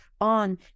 on